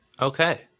Okay